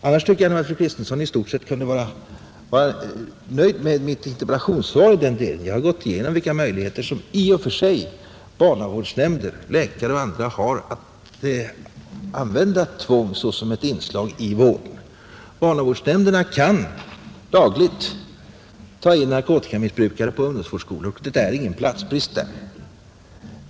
Annars tycker jag att fru Kristensson i stort sett kunde vara nöjd med mitt interpellationssvar i den delen. Jag har gått igenom vilka möjligheter som i och för sig barnavårdsnämnder, läkare och andra har att använda tvång såsom ett inslag i vård. Barnavårdsnämnderna kan dagligen ta in narkotikamissbrukare på ungdomsvårdsskola, och det är ingen platsbrist där.